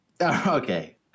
Okay